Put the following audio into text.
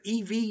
EV